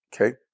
Okay